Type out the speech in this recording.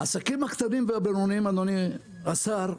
העסקים הקטנים והבינוניים, אדוני השר,